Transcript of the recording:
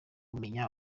menya